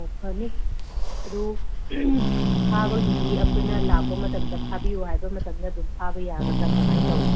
ꯑꯧ ꯐꯅꯤ ꯑꯗꯨ ꯐꯥꯕꯒꯤꯗꯤ ꯑꯩꯈꯣꯏꯅ ꯂꯥꯛꯄ ꯃꯇꯝꯗ ꯐꯥꯕꯤꯌꯨ ꯍꯥꯏꯕ ꯃꯇꯝꯗ ꯑꯗꯨꯝ ꯐꯥꯕ ꯌꯥꯒꯗ꯭ꯔꯥ ꯀꯃꯥꯏꯅ ꯇꯧꯋꯤ